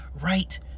right